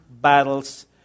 battles